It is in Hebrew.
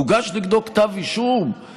הוגש נגדו כתב אישום,